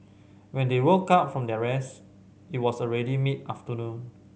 when they woke up from their rest it was already mid afternoon